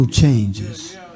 changes